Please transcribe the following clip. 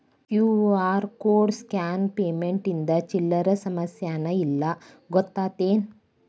QR code scan payment ಇಂದ ಚಿಲ್ಲರ್ ಸಮಸ್ಯಾನ ಇಲ್ಲ ಗೊತ್ತೇನ್?